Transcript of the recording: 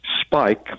spike